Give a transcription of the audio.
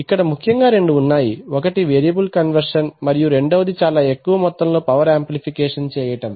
ఇక్కడ ముఖ్యంగా రెండు ఉన్నాయి ఒకటి వేరియబుల్ కన్వర్షన్ మరియు రెండవది చాలా ఎక్కువ మొత్తంలో పవర్ ఆంప్లిఫికేషన్ చేయటం